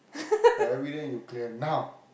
everyday you clear now